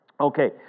Okay